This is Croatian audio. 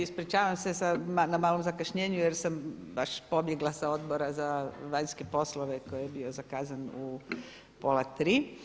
Ispričavam se na malom zakašnjenju jer sam baš pobjegla sa Odbora za vanjske poslove koji je bio zakazan u pola tri.